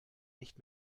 nicht